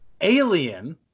Alien